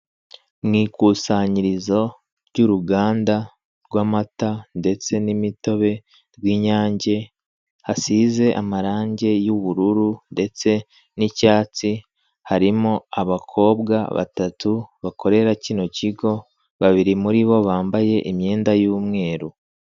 Mu ikusanyirizo ry'uruganda rw'amata ndetse n'imitobe rw'inyange hasize amarange y'ubururu ndetse n'icyatsi, harimo abakobwa batatu bakorera kino kigo, babiri muri bo bambaye imyenda y'umweru.